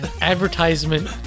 advertisement